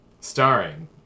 Starring